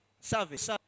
Service